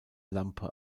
lampe